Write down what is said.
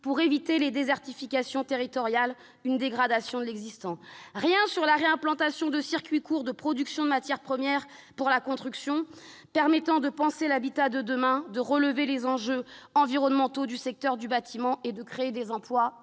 pour éviter des désertifications territoriales et une dégradation de l'existant ; rien sur la réimplantation de circuits courts de production de matières premières pour la construction, permettant de penser l'habitat de demain, de relever les défis environnementaux du secteur du bâtiment et de créer des emplois